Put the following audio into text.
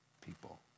people